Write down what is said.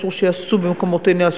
אסור שייעשו במקומותינו,